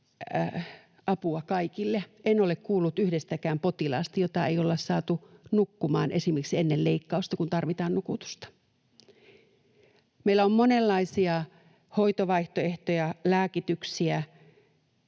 apua kaikille: en ole kuullut yhdestäkään potilaasta, jota ei olla saatu nukkumaan esimerkiksi ennen leikkausta, kun tarvitaan nukutusta. Meillä on monenlaisia hoitovaihtoehtoja, lääkityksiä